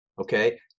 Okay